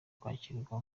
kwakirwa